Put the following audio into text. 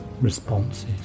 responses